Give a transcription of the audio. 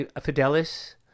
fidelis